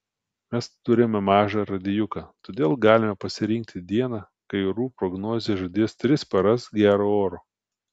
mes turime mažą radijuką todėl galime pasirinkti dieną kai orų prognozė žadės tris paras gero oro